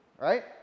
right